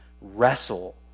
wrestle